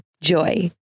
JOY